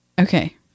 Okay